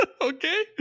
Okay